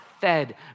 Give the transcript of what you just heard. fed